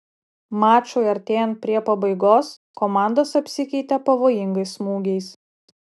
mačui artėjant prie pabaigos komandos apsikeitė pavojingais smūgiais